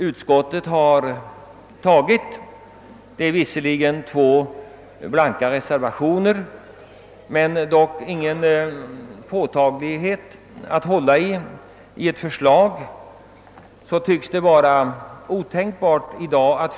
Utskottet har intagit en negativ hållning till vårt förslag. En blank reservation har visserligen avgivits av två ledamöter, .men någon skrivning i positiv riktning finns inte.